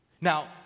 Now